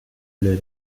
левина